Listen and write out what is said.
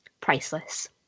priceless